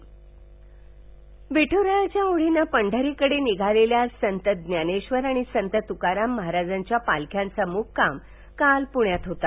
पालखी विठ्रायाच्या ओढीन पंढरीकडे निघालेल्या सत ज्ञानेधर आणि संत तुकाराम महाराजांच्या पालख्यांचा मुक्काम काल प्ण्यात होता